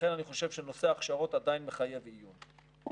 לכן אני חושב שנושא ההכשרות עדיין מחייב עיון.